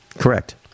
Correct